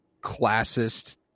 classist